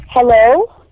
Hello